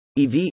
EV